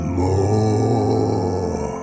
more